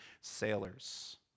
sailors